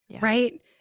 right